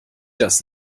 das